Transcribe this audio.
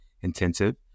intensive